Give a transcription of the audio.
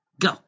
Go